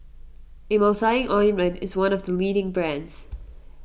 Emulsying Ointment is one of the leading brands